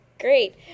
Great